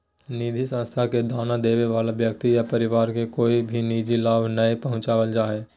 निधि संस्था मे दान देबे वला व्यक्ति या परिवार के कोय भी निजी लाभ नय पहुँचावल जा हय